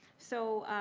so